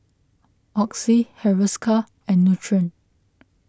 Oxy Hiruscar and Nutren